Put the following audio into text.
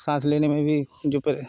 सांस लेने में भी जो परे